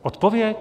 Odpověď?